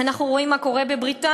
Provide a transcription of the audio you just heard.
אנחנו רואים מה קורה בבריטניה,